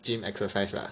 gym exercise lah